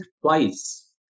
twice